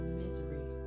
misery